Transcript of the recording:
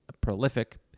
prolific